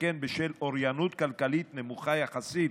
שכן בשל אוריינות כלכלית נמוכה יחסית,